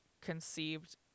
conceived